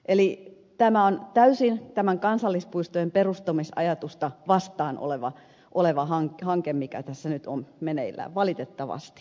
eli tämä on täysin tätä kansallispuistojen perustamisajatusta vastaan oleva hanke mikä tässä nyt on meneillään valitettavasti